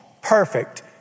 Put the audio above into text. perfect